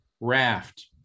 raft